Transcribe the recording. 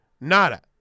Nada